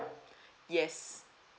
yes